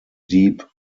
deep